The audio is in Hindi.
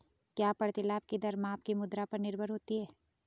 क्या प्रतिलाभ की दर माप की मुद्रा पर निर्भर होती है?